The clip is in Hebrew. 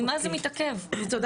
כסף?